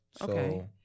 Okay